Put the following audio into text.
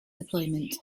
deployment